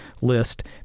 list